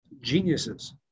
geniuses